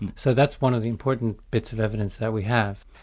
and so that's one of the important bits of evidence that we have.